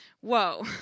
Whoa